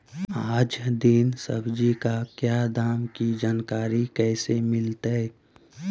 आज दीन सब्जी का क्या दाम की जानकारी कैसे मीलतय?